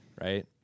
right